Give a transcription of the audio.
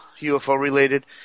UFO-related